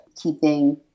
keeping